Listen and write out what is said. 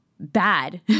bad